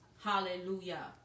Hallelujah